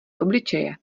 obličeje